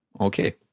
Okay